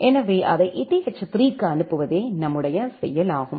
எனவே அதை eth3 க்கு அனுப்புவதே நம்முடைய செயல் ஆகும்